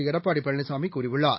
எடப்பாடிபழனிசாமிகூறியுள்ளார்